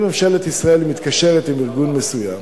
אם ממשלת ישראל מתקשרת עם ארגון מסוים,